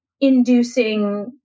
inducing